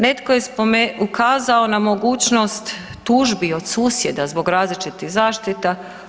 Netko je ukazao na mogućnost tužbi od susjeda zbog različitih zaštita.